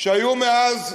שהיו מאז,